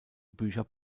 bücher